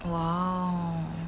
!wow!